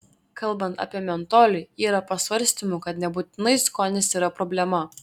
kalbant apie mentolį yra pasvarstymų kad nebūtinai skonis yra problema